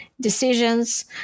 decisions